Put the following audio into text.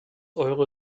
eure